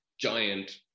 giant